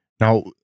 Now